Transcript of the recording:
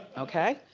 okay.